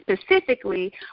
specifically